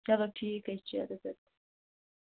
چلو ٹھیٖک حَظ چھُ ادٕ حَظ